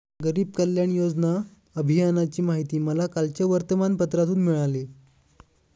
गरीब कल्याण योजना अभियानाची माहिती मला कालच्या वर्तमानपत्रातून मिळाली